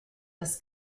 das